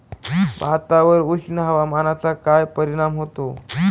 भातावर उष्ण हवामानाचा काय परिणाम होतो?